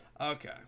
Okay